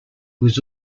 was